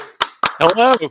Hello